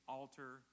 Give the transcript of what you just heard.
altar